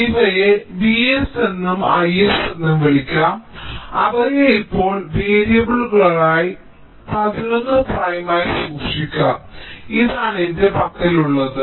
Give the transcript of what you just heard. ഞാൻ ഇവയെ Vs എന്നും I s എന്നും വിളിക്കാം അവയെ ഇപ്പോൾ വേരിയബിളുകളായി 1 1 പ്രൈം ആയി സൂക്ഷിക്കാം ഇതാണ് എന്റെ പക്കൽ ഉള്ളത്